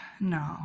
no